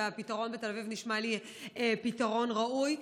והפתרון בתל אביב נשמע לי פתרון ראוי.